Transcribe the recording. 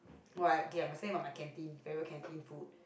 what okay I will say my my canteen favourite canteen food